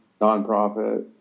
nonprofit